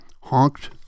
honked